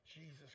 Jesus